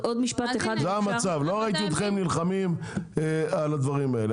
זה המצב, לא ראיתי אתכם נלחמים על הדברים האלה.